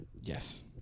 Yes